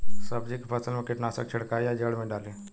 सब्जी के फसल मे कीटनाशक छिड़काई या जड़ मे डाली?